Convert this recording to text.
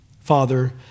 Father